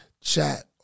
chat